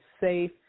safe